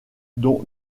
dont